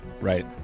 Right